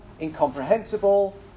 incomprehensible